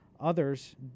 others